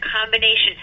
combination